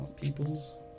Peoples